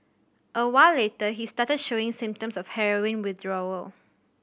a while later he started showing symptoms of heroin withdrawal